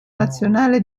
nazionale